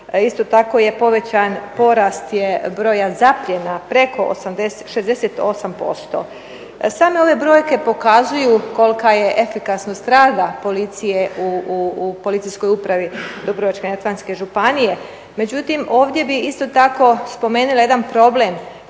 Isto tako je povećan porast broja zapljena, preko 68%. Same ove brojke pokazuju kolika je efikasnost rada policije u policijskoj upravi Dubrovačko-neretvanske županije, međutim ovdje bih isto tako spomenula jedan problem